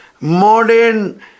modern